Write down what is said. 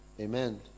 Amen